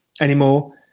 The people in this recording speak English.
anymore